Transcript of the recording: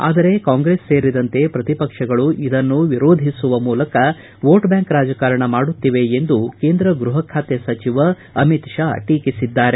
ಆದರೆ ಕಾಂಗ್ರೆಸ್ ಸೇರಿದಂತೆ ಪ್ರತಿಪಕ್ಷಗಳು ಇದನ್ನು ವಿರೋಧಿಸುವ ಮೂಲಕ ವೋಟ್ ಬ್ಕಾಂಕ್ ರಾಜಕಾರಣ ಮಾಡುತ್ತಿವೆ ಎಂದು ಕೇಂದ್ರ ಗೃಪ ಖಾತೆ ಸಚಿವ ಅಮಿತ್ ಶಾ ಟೀಕಿಸಿದ್ದಾರೆ